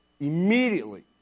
immediately